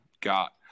got